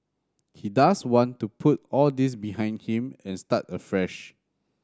he does want to put all this behind him and start afresh